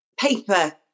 paper